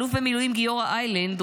האלוף במילואים גיורא איילנד,